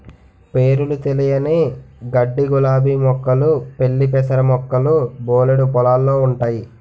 పేరులు తెలియని గడ్డిగులాబీ మొక్కలు పిల్లిపెసర మొక్కలు బోలెడు పొలాల్లో ఉంటయి